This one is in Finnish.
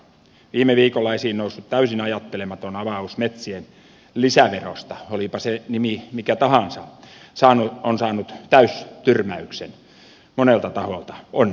viime viikolla esiin noussut täysin ajattelematon avaus metsien lisäverosta olipa se nimi mikä tahansa on saanut täystyrmäyksen monelta taholta onneksi